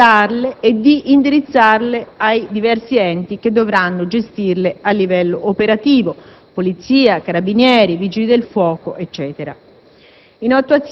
di analizzarle e di indirizzarle ai diversi enti che dovranno gestirle a livello operativo (Polizia, Carabinieri, Vigili del fuoco,